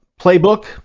playbook